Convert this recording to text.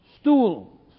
stool